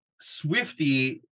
Swifty